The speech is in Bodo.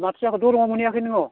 माथो जाखो दरंआव मोनैयाखै नोङो